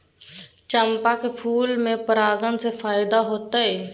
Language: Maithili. चंपा के फूल में परागण से फायदा होतय?